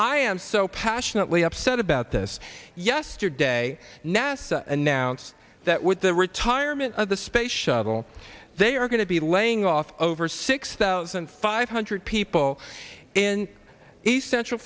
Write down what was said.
i am so passionately upset about this yesterday nasa announced that with the retirement of the space shuttle they are going to be laying off over six thousand five hundred people in the central